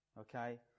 Okay